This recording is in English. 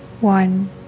one